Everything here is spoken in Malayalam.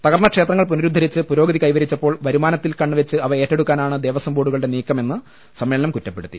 തകർന്ന ക്ഷേത്രങ്ങൾ പുനരുദ്ധരിച്ച് പുരോഗതി കൈവരിച്ചപ്പോൾ വരുമാ നത്തിൽ കണ്ണുവെച്ച് അവ ഏറ്റെടുക്കാനാണ് ദേവസ്വം ബോർഡു കളുടെ നീക്കമെന്ന് സമ്മേളനം കുറ്റപ്പെടുത്തി